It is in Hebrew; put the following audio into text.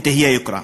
ותהיה יוקרה.